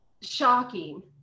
shocking